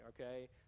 okay